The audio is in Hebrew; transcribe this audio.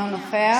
אינו נוכח.